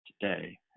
today